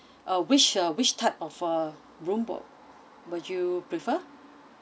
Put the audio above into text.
uh which uh which type of a room will will you prefer